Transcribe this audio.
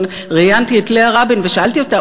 ראיינתי את לאה רבין ושאלתי אותה: